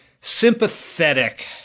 sympathetic